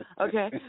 Okay